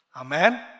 Amen